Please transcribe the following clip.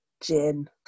gin